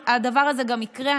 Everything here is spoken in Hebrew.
שהדבר הדבר הזה גם יקרה,